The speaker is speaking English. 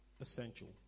essential